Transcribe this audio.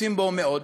רוצים בו מאוד.